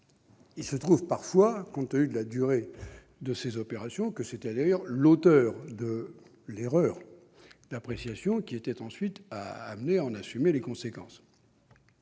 il se trouve parfois, compte tenu de la durée de ces opérations, que c'est le successeur de l'auteur de l'erreur d'appréciation qui est ensuite amené à en assumer les conséquences.